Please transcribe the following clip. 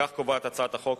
כן קובעת הצעת החוק